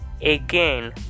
again